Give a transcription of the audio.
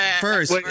First